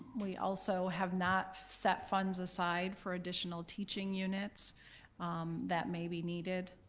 we also have not set funds aside for additional teaching units that may be needed.